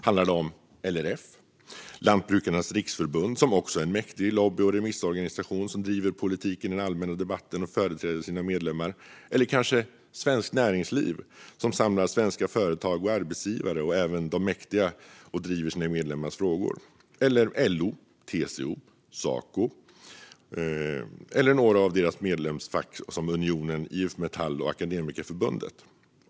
Handlar det om LRF, Lantbrukarnas Riksförbund, som också är en mäktig lobby och remissorganisation och som bedriver politik i den allmänna debatten och företräder sina medlemmar, eller kanske Svenskt Näringsliv, som samlar svenska företag och arbetsgivare? Även de är mäktiga och driver sina medlemmars frågor. Eller är det LO, TCO, Saco eller några av deras medlemsfack, till exempel Unionen, IF Metall och Akademikerförbundet?